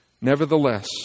Nevertheless